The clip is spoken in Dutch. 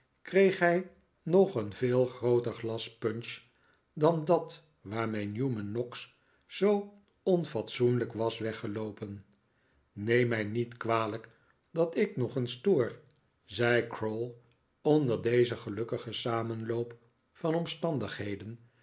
kreeg hij nog een veel grooter glas punch dan dat waarmee newman noggs zoo onfatsoenlijk was weggeloopen neem mij niet kwalijk dat ik nog eens stoor zei crowl onder dezen gelukkigen samenloop van omstandigheden